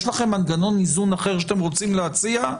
יש לכם מנגנון איזון אחר שאתם רוצים להציע,